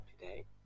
today